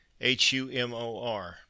H-U-M-O-R